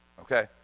Okay